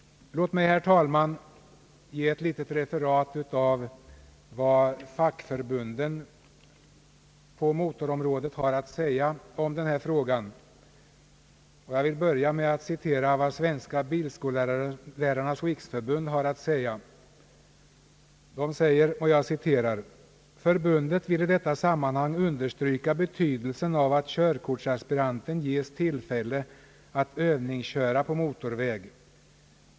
Låt mig, herr talman, ge ett litet referat av vad fackförbunden på motorområdet har att säga i denna fråga. Jag vill börja med att citera vad Svenska bilskollärarnas riksförbund säger: »Förbundet vill i detta sammanhang understryka betydelsen av att körkortsaspiranten ges tillfälle att övningsköra på motorväg.